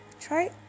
try